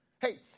Hey